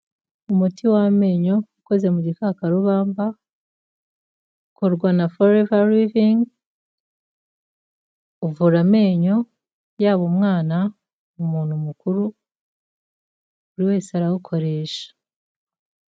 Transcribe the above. Umuti w'amenyo ukoze mu gikakarubamba, ukorwa na forever living, uvura amenyo, yaba umwana, umuntu mukuru, buri wese arawukoresha.